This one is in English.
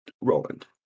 Roland